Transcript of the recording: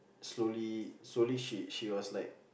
slowly slowly she was like